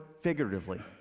figuratively